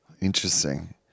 Interesting